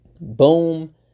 boom